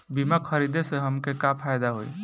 बीमा खरीदे से हमके का फायदा होई?